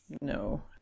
No